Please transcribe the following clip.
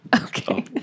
Okay